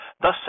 Thus